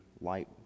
light